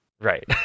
Right